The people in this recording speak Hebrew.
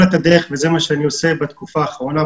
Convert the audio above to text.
את הדרך וזה מה שאני עושה בתקופה האחרונה,